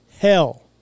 hell